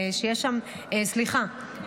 סליחה,